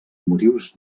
motius